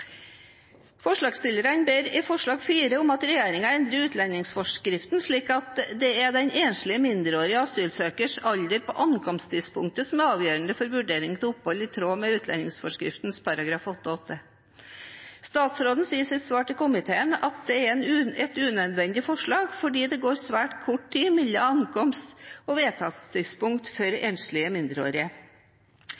ber i forslag nr. 2 i Innst. 68 S for 2017–2018 om at regjeringen endrer utlendingsforskriften slik at det er den enslige mindreårige asylsøkers alder på ankomsttidspunktet som er avgjørende for vurdering av opphold i tråd med utlendingsforskriften § 8-8. Statsråden sier i sitt svar til komiteen at dette er et unødvendig forslag fordi det går svært kort tid mellom ankomst og vedtakstidspunkt for